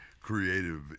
creative